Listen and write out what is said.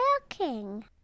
working